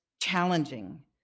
challenging